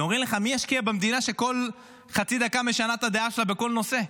ואומרים לך: מי ישקיע במדינה שכל חצי דקה משנה את הדעה שלה בכל נושא,